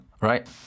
right